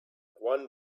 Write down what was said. one